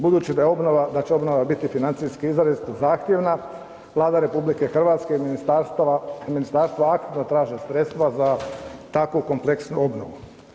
Budući da je obnova, da će obnova biti financijski izrazito zahtjevna, Vlada RH, ministarstva aktivno traže sredstva za takvu kompleksnu obnovu.